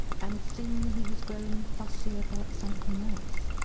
and soon he has grown fussy about some thing else.